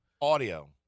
Audio